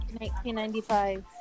1995